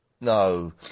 No